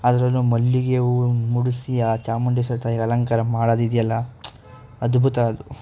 ಅದರಲ್ಲೂ ಮಲ್ಲಿಗೆ ಹೂವು ಮುಡಿಸಿ ಆ ಚಾಮುಂಡೇಶ್ವರಿ ತಾಯಿಗೆ ಅಲಂಕಾರ ಮಾಡೋದಿದೆಯಲ್ಲ ಅದ್ಭುತ ಅದು